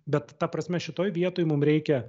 bet ta prasme šitoj vietoj mum reikia